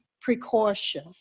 precaution